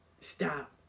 stop